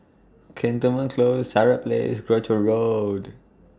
Cantonment Close Sirat Place Croucher Road